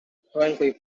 currently